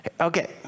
okay